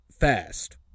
fast